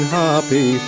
happy